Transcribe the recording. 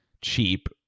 cheap